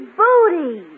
booty